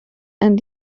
and